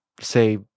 say